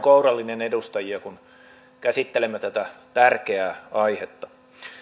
kourallinen edustajia kun käsittelemme tätä tärkeää aihetta